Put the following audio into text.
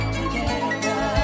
together